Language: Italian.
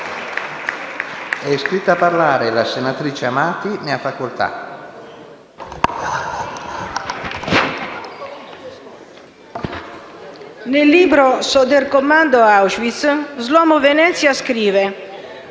nel libro «Sonderkommando Auschwitz», Shlomo Venezia scrive: